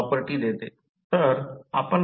R 2 0